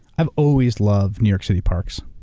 i've always loved new york city parks.